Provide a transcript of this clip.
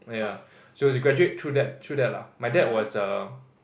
yeah so she graduate through that through that lah my dad was a